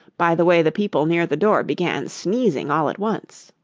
by the way the people near the door began sneezing all at once.